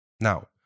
Now